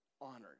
honored